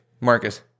Marcus